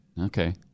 Okay